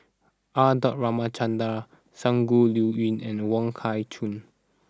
R dot Ramachandran Shangguan Liuyun and Wong Kah Chun